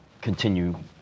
continue